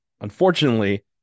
unfortunately